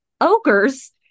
ogres